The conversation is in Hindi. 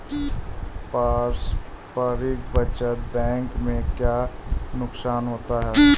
पारस्परिक बचत बैंक के क्या नुकसान होते हैं?